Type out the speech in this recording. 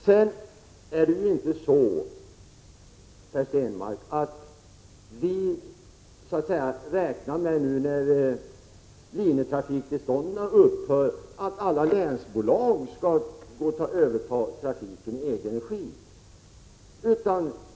Nu när linjetrafiktillstånden upphör, räknar vi inte alls med, Per Stenmarck, att alla länsbolag skall överta trafiken i egen regi.